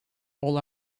all